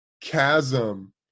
chasm